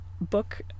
book